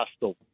hostile